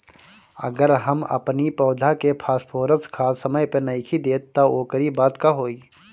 अगर हम अपनी पौधा के फास्फोरस खाद समय पे नइखी देत तअ ओकरी बाद का होई